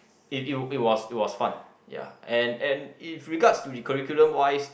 it it it was it was fun ya and and in regards to the curriculum wise